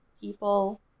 people